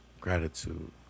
gratitude